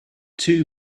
two